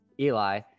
Eli